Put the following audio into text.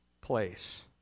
place